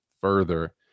further